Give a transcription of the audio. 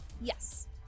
Yes